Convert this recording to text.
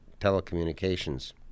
telecommunications